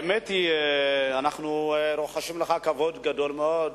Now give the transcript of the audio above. האמת היא שאנחנו רוחשים לך כבוד גדול מאוד,